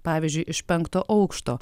pavyzdžiui iš penkto aukšto